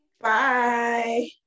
Bye